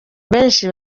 benshi